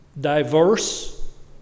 diverse